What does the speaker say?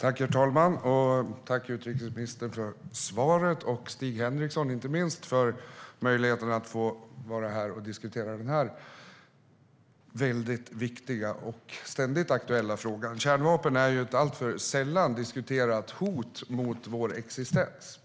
Herr talman! Tack, utrikesministern, för svaret, och tack, Stig Henriksson, för möjligheten att diskutera den här viktiga och ständigt aktuella frågan! Kärnvapen är ett alltför sällan diskuterat hot mot vår existens.